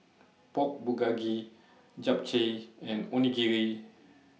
Pork Bulgogi Japchae and Onigiri